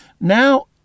now